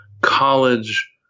college